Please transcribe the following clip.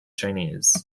chinese